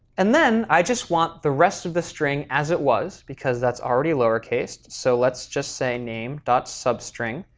and then i just want the rest of the string as it was, because that's already lowercase, so let's just say name dot substring.